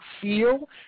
feel